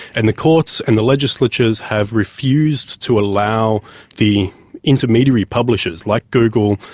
and the courts and the legislatures have refused to allow the intermediary publishers like google,